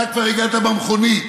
אתה כבר הגעת במכונית.